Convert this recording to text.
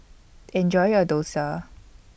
Enjoy your Dosa